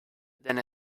then